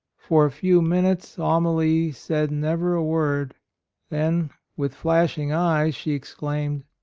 for a few minutes amalie said never a word then, with flashing eyes, she exclaimed,